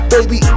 Baby